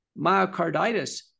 myocarditis